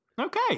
Okay